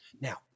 Now